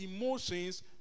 emotions